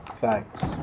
Thanks